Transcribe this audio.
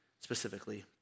specifically